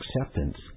acceptance